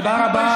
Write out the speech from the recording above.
תודה רבה.